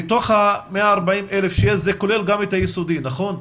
מתוך ה-140,000 שיש, זה כולל גם את היסודי, נכון?